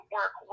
work